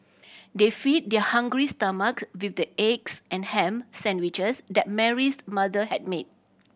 they feed their hungry stomach with the eggs and ham sandwiches that Mary's mother had made